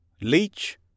leech